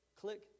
click